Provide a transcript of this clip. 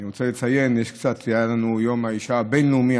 אני רוצה לציין: היה יום האישה הבין-לאומי,